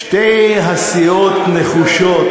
שתי הסיעות נחושות,